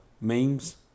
memes